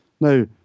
Now